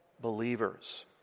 believers